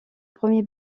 premier